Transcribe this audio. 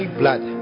blood